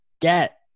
get